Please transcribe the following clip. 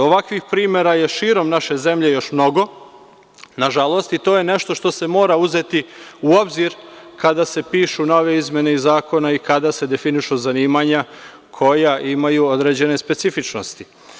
Ovakvih primera je širom naše zemlje još mnogo, nažalost, i to je nešto što se mora uzeti u obzir kada se pišu nove izmene zakona i kada se definišu zanimanja koja imaju određene specifičnosti.